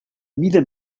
mida